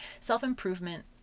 self-improvement